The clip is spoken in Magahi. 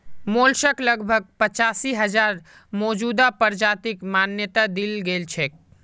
मोलस्क लगभग पचासी हजार मौजूदा प्रजातिक मान्यता दील गेल छेक